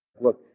look